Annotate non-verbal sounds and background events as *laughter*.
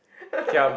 *laughs*